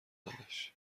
دادش